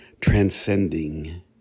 transcending